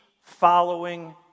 following